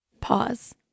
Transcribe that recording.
Pause